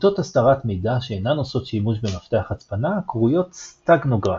שיטות הסתרת מידע שאינן עושות שימוש במפתח הצפנה קרויות סטגנוגרפיה.